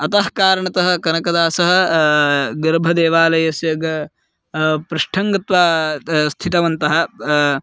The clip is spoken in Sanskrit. अतः कारणतः कनकदासः गर्भदेवालयस्य गा पृष्ठे गत्वा स्थितवन्तः